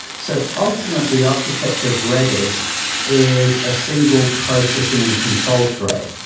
so ultimately, architecture of redis is a single processing and control thread.